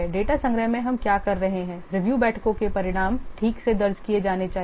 data संग्रह में हम क्या कर रहे हैं रिव्यू बैठकों के परिणाम ठीक से दर्ज किए जाने चाहिए